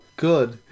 good